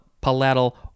palatal